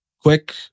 quick